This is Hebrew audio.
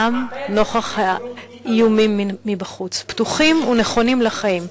גם נוכח האיומים מבחוץ, פתוחים ונכונים לחיים.